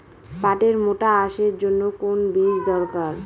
পাটের মোটা আঁশের জন্য কোন বীজ দরকার?